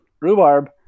rhubarb